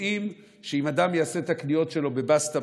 יודעים שאם אדם יעשה את הקניות שלו בבאסטה